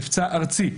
מבצע ארצי.